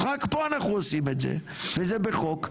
רק פה אנחנו עושים את זה וזה בחוק.